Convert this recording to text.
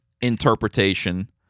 interpretation